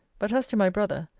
but as to my brother,